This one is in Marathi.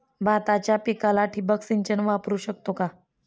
भाताच्या पिकाला ठिबक सिंचन वापरू शकतो का?